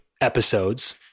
episodes